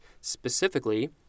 specifically